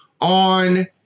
on